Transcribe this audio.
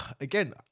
again